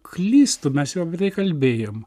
klystu mes jau beveik kalbėjom